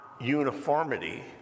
uniformity